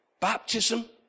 baptism